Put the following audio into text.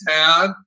town